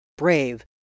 brave